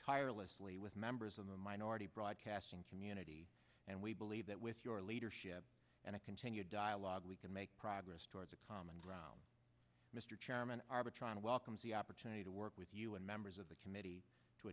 tirelessly with members of the minority broadcasting community and we believe that with your leadership and a continued dialogue we can make progress towards a common ground mr chairman arbitron welcomes the opportunity to work with you and members of the committee to